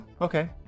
okay